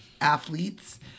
athletes